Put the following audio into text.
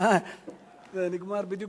זה נגמר בדיוק